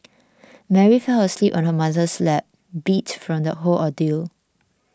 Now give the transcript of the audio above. Mary fell asleep on her mother's lap beat from the whole ordeal